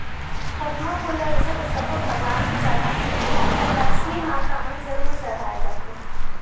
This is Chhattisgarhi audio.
खोखमा फूल ल वइसे तो सब्बो भगवान म चड़हाथे फेर लक्छमी माता म जरूर चड़हाय जाथे